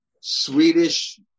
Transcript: Swedish